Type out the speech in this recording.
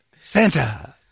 Santa